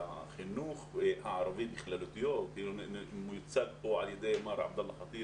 החינוך הערבי מיוצג כאן על ידי מר עבדאללה חטיב